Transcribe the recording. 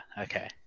okay